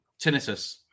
Tinnitus